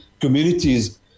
communities